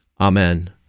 Amen